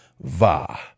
va